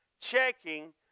checking